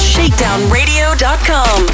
ShakedownRadio.com